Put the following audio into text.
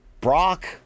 Brock